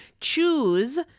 Choose